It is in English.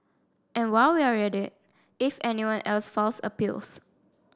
and while we're at it if anyone else files appeals